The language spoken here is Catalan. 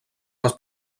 les